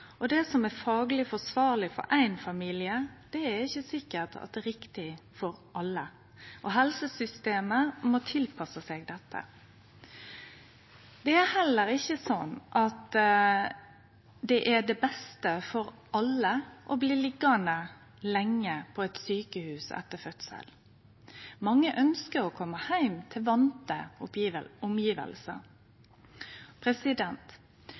at det som er fagleg forsvarleg for éin familie, er riktig for alle, og helsesystemet må tilpasse seg dette. Det er heller ikkje slik at det er det beste for alle å bli liggjande lenge på sjukehus etter ein fødsel. Mange ønskjer å kome heim til